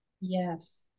Yes